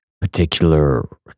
particular